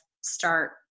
start